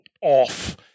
off